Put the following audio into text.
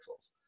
pixels